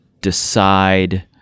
decide